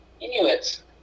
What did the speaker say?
Inuits